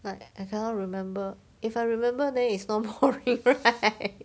like I cannot remember if I remember then it's not boring right